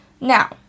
Now